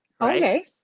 Okay